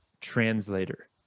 translator